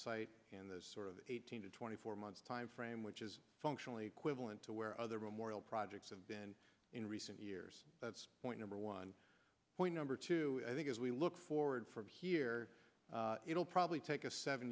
site in the sort of eighteen to twenty four months time frame which is functionally equivalent to where other immoral projects have been in recent years that's point number one point number two i think as we look forward from here it'll probably take a seven